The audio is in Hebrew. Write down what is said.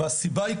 והסיבה היא,